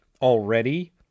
already